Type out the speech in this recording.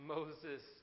Moses